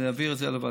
להעביר את זה לוועדה.